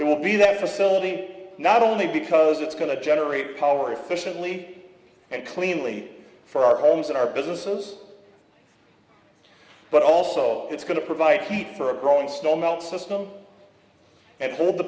there will be that facility not only because it's going to generate power efficiently and cleanly for our homes and our businesses but also it's going to provide heat for a growing storm out system and hold the